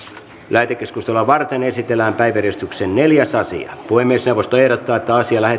lähetekeskustelua varten esitellään päiväjärjestyksen neljäs asia puhemiesneuvosto ehdottaa että